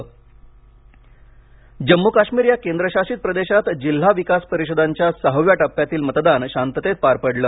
मतदान जम्मू काश्मीर या केंद्रशासित प्रदेशात जिल्हा विकास परिषदांच्या सहाव्या टप्प्यातील मतदान शांततेत पार पडले